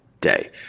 day